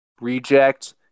reject